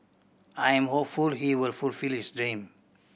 I am hopeful he will fulfil his dream